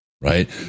right